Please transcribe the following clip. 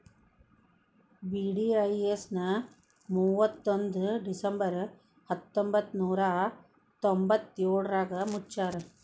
VDIS ನ ಮುವತ್ತೊಂದ್ December ಹತ್ತೊಂಬತ್ ನೂರಾ ತೊಂಬತ್ತಯೋಳ್ರಾಗ ಮುಚ್ಚ್ಯಾರ